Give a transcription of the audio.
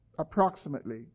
approximately